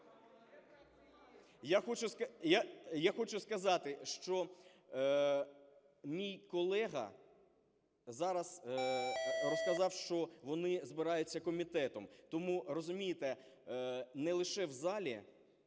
Я хочу сказати, що мій колега зараз розказав, що вони збираються комітетом, тому, розумієте, не лише в залі